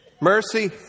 Mercy